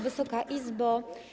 Wysoka Izbo!